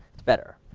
it's better.